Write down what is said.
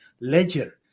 ledger